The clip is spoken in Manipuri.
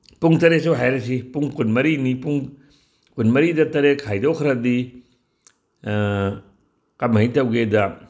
ꯄꯨꯡ ꯇꯔꯦꯠꯁꯨ ꯍꯥꯏꯔꯁꯤ ꯄꯨꯡ ꯀꯨꯟ ꯃꯔꯤꯅꯤ ꯄꯨꯡ ꯀꯨꯟꯃꯔꯤꯗ ꯇꯔꯦꯠ ꯈꯥꯏꯗꯣꯛꯈ꯭ꯔꯗꯤ ꯀꯃꯥꯏꯅ ꯇꯧꯒꯦꯗ